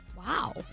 Wow